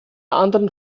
anderen